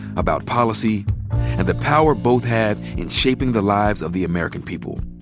about policy and the power both have in shaping the lives of the american people.